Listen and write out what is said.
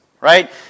right